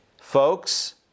folks